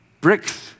Bricks